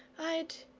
i'd